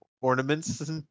ornaments